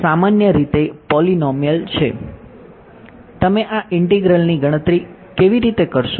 તમે આ ઇંટીગ્રલની ગણતરી કેવી રીતે કરશો